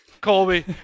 Colby